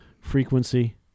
Frequency